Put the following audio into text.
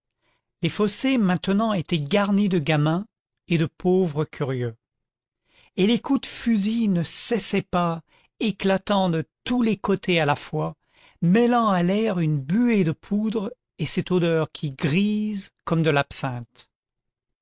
les fossés maintenant étaient garnis de gamins et de pauvres curieux et les coups de fusil ne cessaient pas éclatant de tous les côtés à la fois mêlant à l'air une buée de poudre et cette odeur qui grise comme de l'absinthe